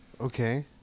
Okay